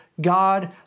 God